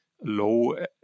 low